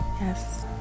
yes